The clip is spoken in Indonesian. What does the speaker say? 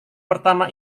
pertama